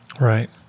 Right